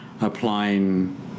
applying